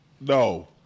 No